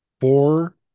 four